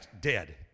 dead